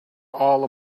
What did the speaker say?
all